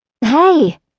Hey